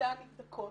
נגדן נבדקות,